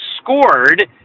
scored